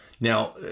Now